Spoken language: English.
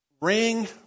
Ring